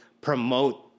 promote